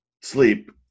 sleep